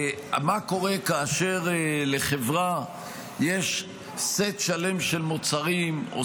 מה קורה כאשר לחברה יש סט שלם של מוצרים או